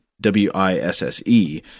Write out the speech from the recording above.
W-I-S-S-E